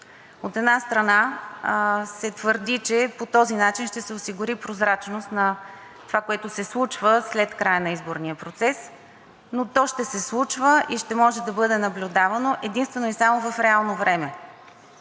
От една страна, се твърди, че по този начин ще се осигури прозрачност на това, което се случва след края на изборния процес, но то ще се случва и ще може да бъде наблюдавано единствено и само в реално време.